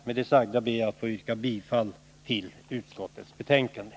Med det sagda ber jag att få yrka bifall till utskottets hemställan.